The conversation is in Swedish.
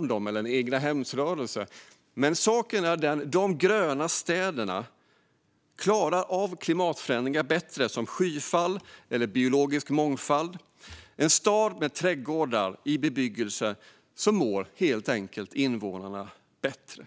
tala om en egnahemsrörelse, men saken är den att de gröna städerna klarar av klimatförändringar som skyfall bättre och har större biologisk mångfald. I en stad med trädgårdar i bebyggelsen mår invånarna helt enkelt bättre.